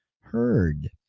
heard